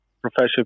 professional